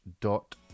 dot